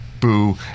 boo